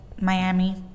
Miami